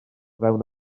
fewn